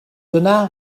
dyna